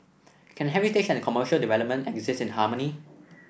can heritage and commercial development exist in harmony